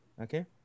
Okay